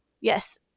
yes